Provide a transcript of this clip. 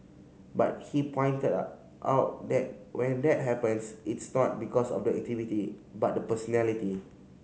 but he pointed out that when that happens it's not because of the activity but the personality